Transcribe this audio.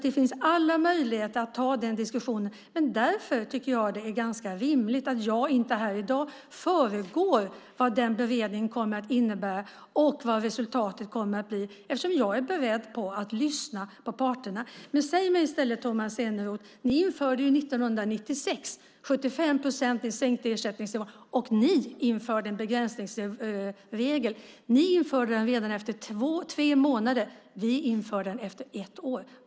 Det finns alltså alla möjligheter att ta den diskussionen, men därför tycker jag att det är ganska rimligt att jag inte här i dag föregår vad den beredningen kommer att innebära och vad resultatet kommer att bli eftersom jag är beredd på att lyssna på parterna. Men säg mig i stället en annan sak, Tomas Eneroth. Ni införde ju 1996 75 procents ersättningsnivå, vilket var en sänkning. Ni införde också en begränsningsregel. Ni införde den redan efter tre månader. Vi inför den efter ett år.